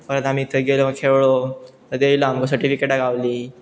परत आमी थंय गेलो खेळो ययलो आमकां सर्टिफिकेटा गावली